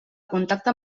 contacte